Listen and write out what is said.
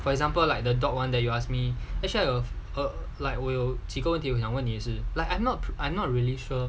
for example like the dog one that you ask me actually I love her like 我有几个问题想问你也是